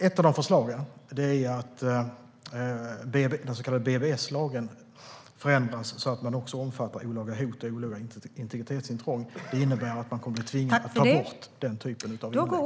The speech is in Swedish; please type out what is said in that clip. Ett av förslagen är att den så kallade BBS-lagen förändras så att den också omfattar olaga hot och olaga integritetsintrång. Det innebär att man kommer att bli tvingad att ta bort denna typ av inlägg.